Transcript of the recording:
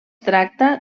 tracta